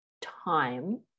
time